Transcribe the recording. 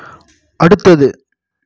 அடுத்தது